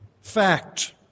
Fact